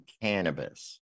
cannabis